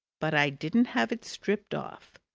but i didn't have it stripped off!